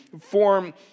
form